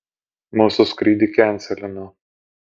mūsų skrydį kenselino